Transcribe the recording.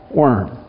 worm